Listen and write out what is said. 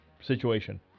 situation